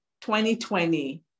2020